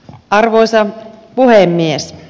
arvoisa puhemies